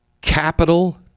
Capital